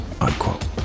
unquote